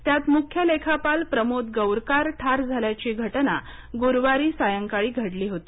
त्यात मुख्य लेखापाल प्रमोद गौरकार ठार झाल्याची घटना गुरुवारी सायंकाळी घडली होती